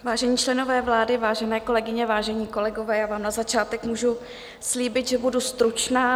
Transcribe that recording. Vážení členové vlády, vážené kolegyně, vážení kolegové, já vám na začátek můžu slíbit, že budu stručná.